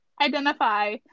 identify